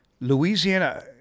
Louisiana